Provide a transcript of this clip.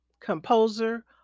composer